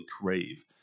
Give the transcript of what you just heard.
crave